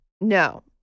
No